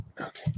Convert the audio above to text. Okay